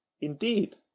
Indeed